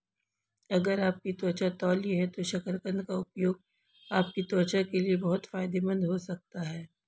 अगर आपकी त्वचा तैलीय है तो शकरकंद का उपयोग आपकी त्वचा के लिए बहुत फायदेमंद हो सकता है